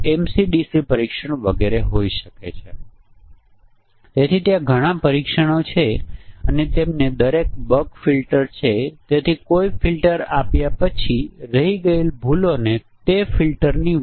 તમે Jenny program જોઈ શકો છો જે નાનો સી પ્રોગ્રામ 100 200 લીટીનો કોડ છે અને તમે સ્રોત કોડ ડાઉનલોડ કરો અને તેને ચલાવો જે બધા જોડી માટે એક બીજું સાધન છે